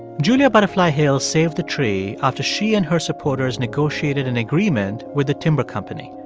julia butterfly hill saved the tree after she and her supporters negotiated an agreement with the timber company.